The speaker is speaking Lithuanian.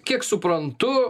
kiek suprantu